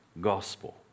gospel